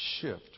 shift